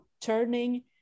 turning